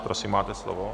Prosím, máte slovo.